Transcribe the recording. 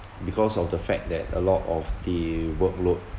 because of the fact that a lot of the workload